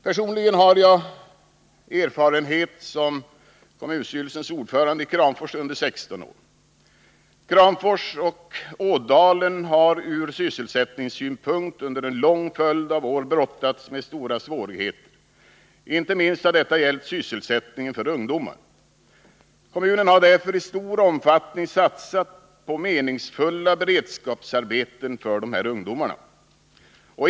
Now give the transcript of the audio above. Personligen har jag erfarenhet som kommunstyrelsens ordförande i Kramfors under 16 år. Kramfors och Ådalen har från sysselsättningssynpunkt under en lång följd av år brottats med stora svårigheter. Inte minst har detta gällt sysselsättningen för ungdomar. Kommunen har därför i stor omfattning satsat på meningsfulla beredskapsarbeten för ungdomar.